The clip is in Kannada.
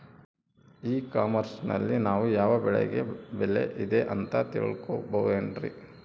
ಇ ಕಾಮರ್ಸ್ ನಲ್ಲಿ ನಾವು ಯಾವ ಬೆಳೆಗೆ ಬೆಲೆ ಇದೆ ಅಂತ ತಿಳ್ಕೋ ಬಹುದೇನ್ರಿ?